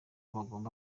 bagomba